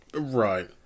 Right